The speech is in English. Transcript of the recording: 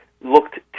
looked